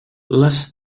less